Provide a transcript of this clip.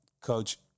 Coach